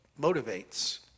motivates